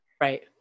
right